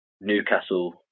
Newcastle